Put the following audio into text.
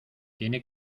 tiene